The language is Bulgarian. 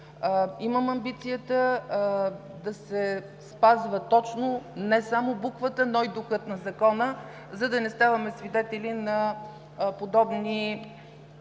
Имам амбицията да се спазва точно не само буквата, но и духът на Закона, за да не ставаме свидетели на подобни